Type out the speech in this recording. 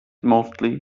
mostly